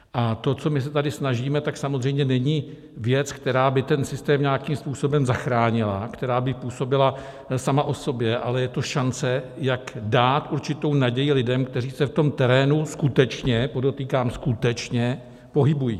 A to, co my se tady snažíme, tak samozřejmě není věc, která by ten systém nějakým způsobem zachránila, která by působila sama o sobě, ale je to šance, jak dát určitou naději lidem, kteří se v tom terénu skutečně podotýkám skutečně pohybují.